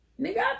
nigga